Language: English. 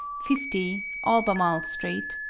fifty, albermarle street,